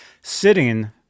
sitting